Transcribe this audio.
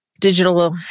Digital